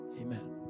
Amen